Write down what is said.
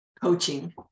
coaching